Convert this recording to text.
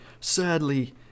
sadly